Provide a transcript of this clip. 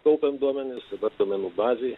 kaupiam duomenis dabar duomenų bazėj